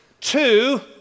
two